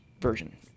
Version